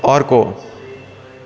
अर्को